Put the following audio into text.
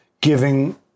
giving